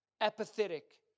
apathetic